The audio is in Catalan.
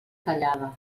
tallada